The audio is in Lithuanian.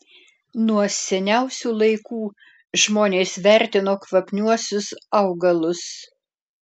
nuo seniausių laikų žmonės vertino kvapniuosius augalus